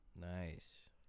Nice